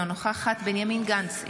אינה נוכחת בנימין גנץ,